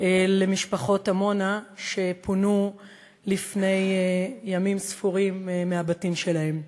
למשפחות עמונה שפונו לפני כמה ימים מהבתים שלהם.